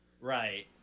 Right